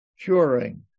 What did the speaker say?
Curing